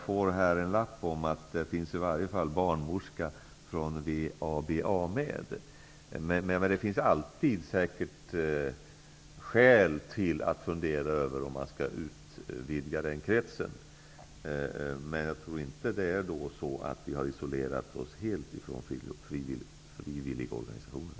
Där finns i varje fall en barnmorska från WABA, World Alliance for Breast Feeding Action. Det finns säkert alltid skäl att fundera över om man skall utvidga kretsen. Jag tror dock inte att vi har isolerat oss helt från frivilligorganisationerna.